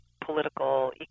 political